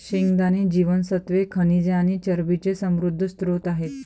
शेंगदाणे जीवनसत्त्वे, खनिजे आणि चरबीचे समृद्ध स्त्रोत आहेत